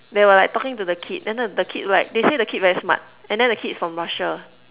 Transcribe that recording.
they were like talking to the kid then the the kid look like they said the kid very smart and then the kid is from Russia